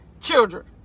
Children